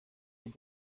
with